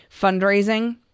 fundraising